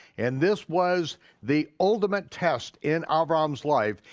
and this was the ultimate test in abraham's life.